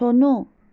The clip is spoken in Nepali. छोड्नु